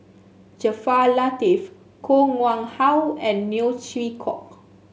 Jaafar Latiff Koh Nguang How and Neo Chwee Kok